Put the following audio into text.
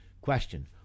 Question